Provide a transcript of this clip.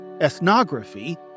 ethnography